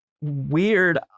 weird